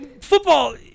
football